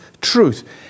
truth